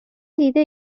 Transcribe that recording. دیده